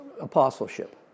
apostleship